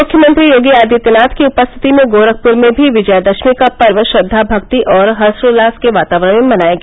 मुख्यमंत्री योगी आदित्यनाथ की उपस्थिति में गोरखपुर में भी विजयादशमी का पर्व श्रद्वा मक्ति और हर्षोल्लास के वातावरण में मनाया गया